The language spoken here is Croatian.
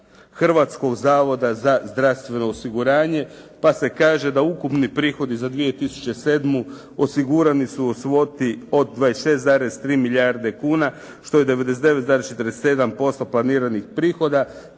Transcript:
Hrvatskog zavoda za zdravstveno osiguranje pa se kaže da ukupni prihodi za 2007. osigurani su u svoti od 26,3 milijarde kuna, što je 99,47% planiranih prihoda.